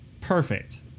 perfect